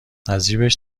ازجیبش